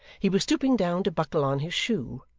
he was stooping down to buckle on his shoe,